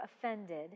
offended